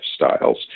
lifestyles